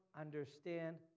understand